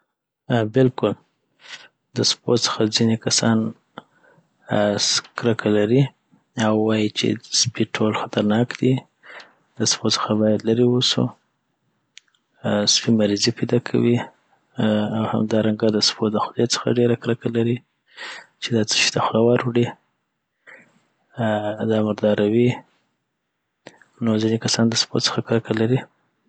بلکل دسپو څخه ځیني کسان آ اس کرکه لری او آ وایی چی سپي ټول خطرناک دی دسپو څخه باید لری اوسو سپي مریضې پیداکیي آ او همدارنګه دسپو دخولې څخه ډیره کرکه لری چی دا څه شي ته خوله ور وړي دا مرداروي نو ځیني کسان دسپو څخه کرکه لری